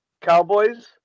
Cowboys